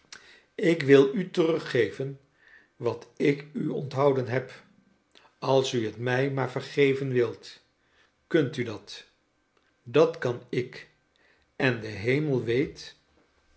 ik wil u teruggeven wat ik u onthouden heb als u t mij maar vergeven wilt kunt u dat r dat kan ik en de hemel weet